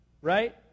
right